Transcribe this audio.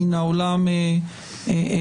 מן העולם הרבני,